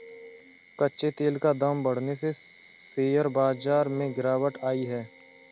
कच्चे तेल का दाम बढ़ने से शेयर बाजार में गिरावट आई